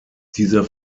dieser